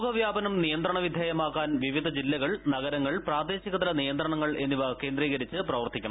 രോഗവൃാപനം നിയന്ത്രണ വിധേയമാക്കാൻ വിവിധ ജില്ലകൾ നഗരങ്ങൾ പ്രാദേശിക തല നിയന്ത്രണങ്ങൾ എന്നിവ കേന്ദ്രീകരിച്ച് പ്രവർത്തിക്കണം